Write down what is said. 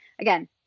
again